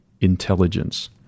intelligence